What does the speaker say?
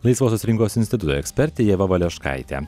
laisvosios rinkos instituto ekspertė ieva valeškaitė